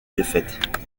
défaites